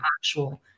actual